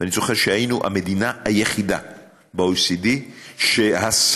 ואני זוכר שהיינו המדינה היחידה ב-OECD ששר